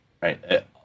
Right